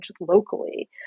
locally